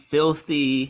Filthy